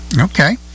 Okay